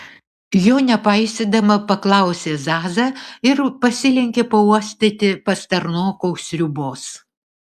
jo nepaisydama paklausė zaza ir pasilenkė pauostyti pastarnokų sriubos